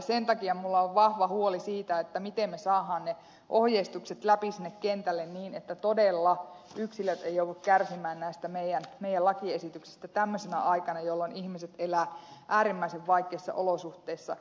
sen takia minulla on vahva huoli siitä miten me saamme ne ohjeistukset läpi sinne kentälle niin että todella yksilöt eivät joudu kärsimään näistä meidän lakiesityksistämme tämmöisenä aikana jolloin ihmiset elävät äärimmäisen vaikeissa olosuhteissa